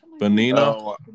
Benina